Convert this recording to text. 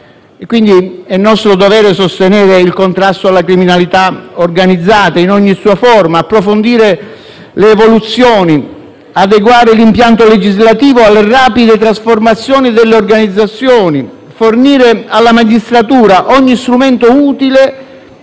È nostro dovere sostenere il contrasto alla criminalità organizzata in ogni sua forma, approfondire le evoluzioni, adeguare l'impianto legislativo alle rapide trasformazioni delle organizzazioni, fornire alla magistratura ogni strumento utile